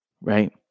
right